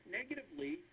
negatively